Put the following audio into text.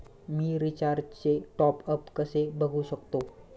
मी रिचार्जचे टॉपअप कसे बघू शकतो?